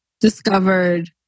discovered